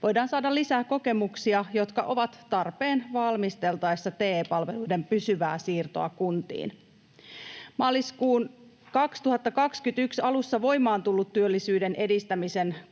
voidaan saada lisää kokemuksia, jotka ovat tarpeen valmisteltaessa TE-palveluiden pysyvää siirtoa kuntiin. Maaliskuun 2021 alussa voimaan tullut työllisyyden edistämisen kuntakokeilusta